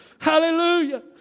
Hallelujah